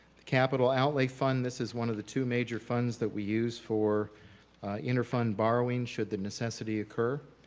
the capital outlay fund, this is one of the two major funds that we use for inter fund borrowing should the necessity occur.